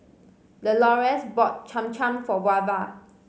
Delores bought Cham Cham for Wava